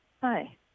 Hi